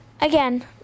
Again